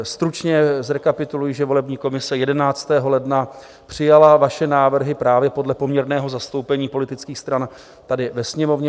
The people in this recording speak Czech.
Stručně zrekapituluji, že volební komise 11. ledna přijala vaše návrhy právě podle poměrného zastoupení politických stran tady ve Sněmovně.